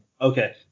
Okay